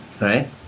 right